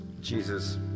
Jesus